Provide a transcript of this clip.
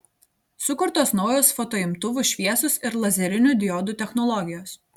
sukurtos naujos fotoimtuvų šviesos ir lazerinių diodų technologijos